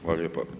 Hvala lijepa.